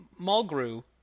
Mulgrew